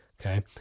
Okay